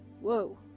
Whoa